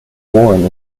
born